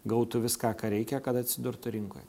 gautų viską ką reikia kad atsidurtų rinkoj